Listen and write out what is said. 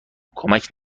کمک